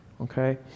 Okay